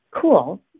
cool